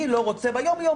אני לא רוצה ביום-יום,